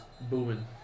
Booming